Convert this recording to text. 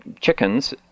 chickens